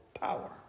power